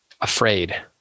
afraid